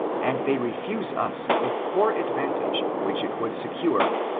and they refiise us the poor advantage which it would secure,